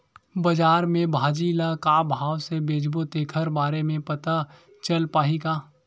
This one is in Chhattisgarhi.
बजार में भाजी ल का भाव से बेचबो तेखर बारे में पता चल पाही का?